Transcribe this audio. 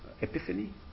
epiphany